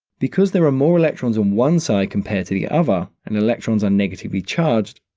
because there are more electrons on one side compared to the other, and electrons are negatively charged,